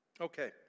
Okay